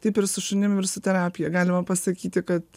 taip ir su šunim ir su terapija galima pasakyti kad